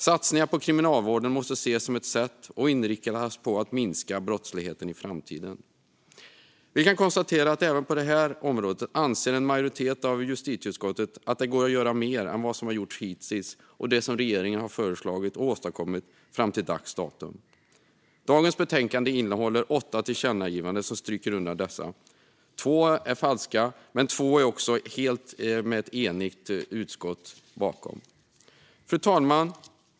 Satsningar på kriminalvården måste ses som ett sätt, och inriktas på, att minska brottsligheten i framtiden. Vi kan konstatera att även på detta område anser en majoritet av justitieutskottet att det går att göra mer än vad som har gjorts hittills och mer än det som regeringen har föreslagit och åstadkommit fram till dags dato. Dagens betänkande innehåller åtta tillkännagivanden som stryker under detta. Två är falska, men två står ett enigt utskott bakom. Fru talman!